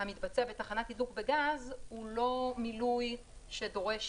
המתבצע בתחנת תדלוק בגז הוא לא מילוי שדורש